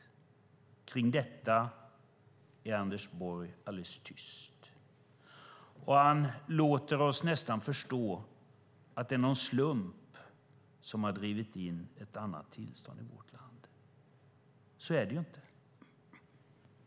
Kring detta är Anders Borg alldeles tyst. Han låter oss nästan förstå att det är någon slump som har drivit in ett annat tillstånd i vårt land. Så är det ju inte.